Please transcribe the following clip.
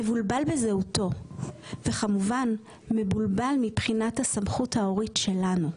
מבולבל בזהותו וכמובן מבולבל מבחינת הסמכות ההורית שלנו.